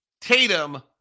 Tatum